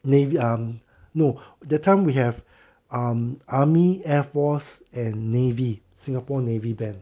navy um no that time we have um army air force and navy singapore navy band